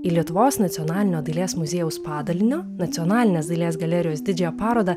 į lietuvos nacionalinio dailės muziejaus padalinio nacionalinės dailės galerijos didžiąją parodą